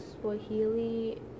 Swahili